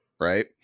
right